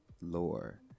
lore